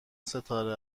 ستاره